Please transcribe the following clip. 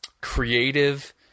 creative